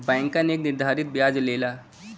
बैंकन एक निर्धारित बियाज लेला